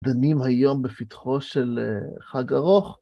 דנים היום בפתחו של חג ארוך.